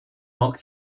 mark